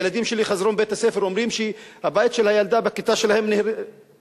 הילדים שלי חזרו מבית-הספר ואמרו שהבית של ילדה בכיתה שלהם נהרס.